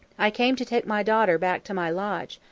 i came to take my daughter back to my lodge.